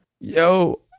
yo